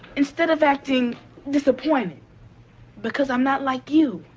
instead of acting disappointed because i'm not like you